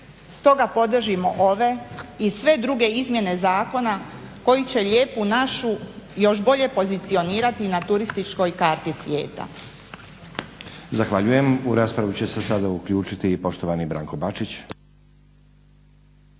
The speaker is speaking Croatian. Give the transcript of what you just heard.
Stoga podržimo ove i sve druge izmjene zakona koji će Lijepu našu još bolje pozicionirati na turističkoj karti svijeta.